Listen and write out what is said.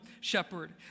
shepherd